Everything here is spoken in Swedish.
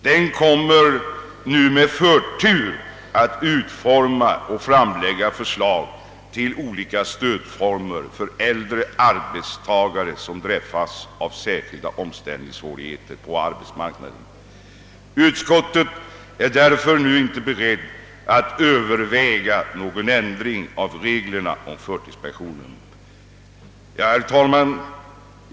Den kommer nu med förtur att utforma och framlägga förslag till olika stödformer för äldre arbetstagare som träffas av särskilda omställningssvårigheter på arbetsmarknaden. Utskottet är därför inte nu berett att överväga någon ändring av reglerna om förtidspension. Herr talman!